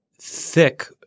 thick